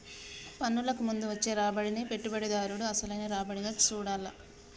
పన్నులకు ముందు వచ్చే రాబడినే పెట్టుబడిదారుడు అసలైన రాబడిగా చూడాల్ల